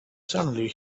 suddenly